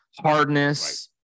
Hardness